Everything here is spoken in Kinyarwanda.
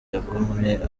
yaguyemo